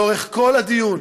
לאורך כל הדיון,